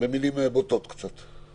במילים קצת בוטות.